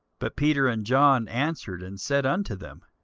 but peter and john answered and said unto them,